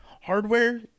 hardware